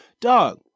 dog